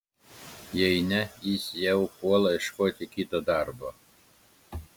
jei ne jis jau puola ieškoti kito darbo